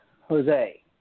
Jose